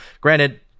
granted